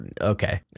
okay